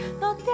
No